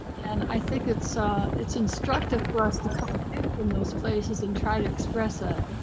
and i think it's ah it's instructive for us to come from those places and try to express it.